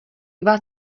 vás